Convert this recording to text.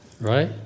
right